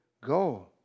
go